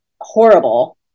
horrible